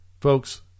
Folks